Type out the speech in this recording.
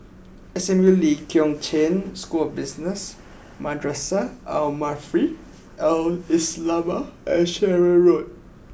S M U Lee Kong Chian School of Business Madrasah Al Maarif Al Islamiah and Sherwood Road